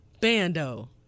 Bando